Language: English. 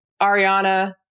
Ariana